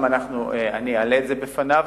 שם אני אעלה את זה בפניו.